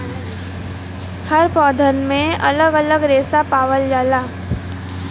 हर पौधन में अलग अलग रेसा पावल जाला